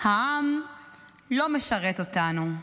העם לא משרת אותנו,